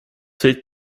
fehlt